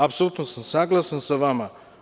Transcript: Apsolutno sam saglasan sa vama.